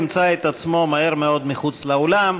ימצא את עצמו מהר מאוד מחוץ לאולם,